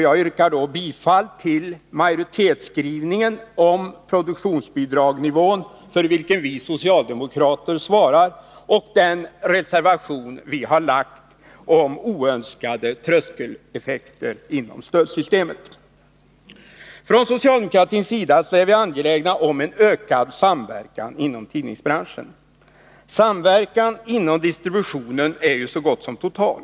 Jag yrkar bifall till majoritetsskrivningen om produktionsbidragsnivån, för vilken vi socialdemokrater svarar, och den reservation vi har lagt om oönskade tröskeleffekter inom stödsystemet. Från socialdemokratins sida är vi angelägna om en ökad samverkan inom tidningsbranschen. Samverkan inom distributionen är så gott som total.